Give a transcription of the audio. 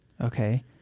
Okay